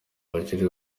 bakiri